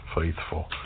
faithful